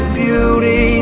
beauty